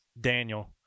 Daniel